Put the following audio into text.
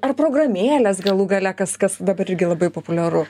ar programėlės galų gale kas kas dabar irgi labai populiaru